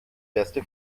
beste